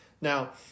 now